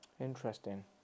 interesting